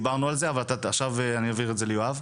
דיברנו על זה, עכשיו אני אעביר את זה ליואב.